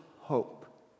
hope